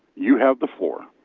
you have the floor.